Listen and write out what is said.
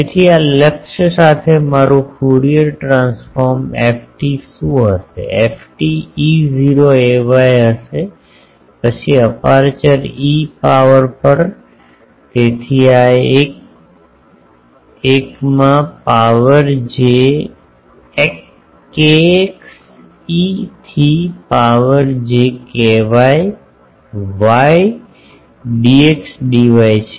તેથી આ લક્ષ્ય સાથે મારું ફ્યુરિયર ટ્રાન્સફોર્મ ft શું હશે ft E0 ay હશે પછી અપેર્ચર ઇ પાવર પર તેથી આ 1 1 માં પાવર જે કેએક્સ ઇ થી પાવર જે કેવાય વાય ડીએક્સડીવાય છે